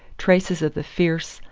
traces of the fierce,